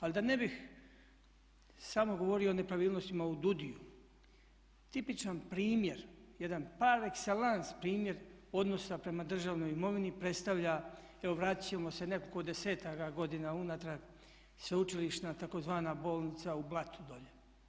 Ali da ne bih samo govorio o nepravilnostima u DUDI-u, tipičan primjer, jedan par excellence primjer odnosa prema državnom imovini predstavlja, evo vratiti ćemo se nekoliko desetaka godina unatrag sveučilišna tzv. bolnica u Blatu dolje.